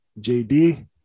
JD